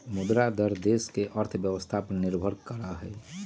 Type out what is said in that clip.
मुद्रा दर देश के अर्थव्यवस्था पर निर्भर करा हई